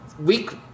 Week